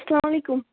السلامُ علیکم